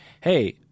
hey